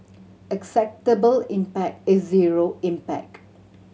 acceptable impact is zero impact